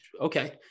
okay